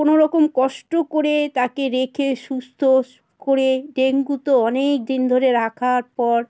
কোনো রকম কষ্ট করে তাকে রেখে সুস্থ করে ডেঙ্গু তো অনেক দিন ধরে রাখার পর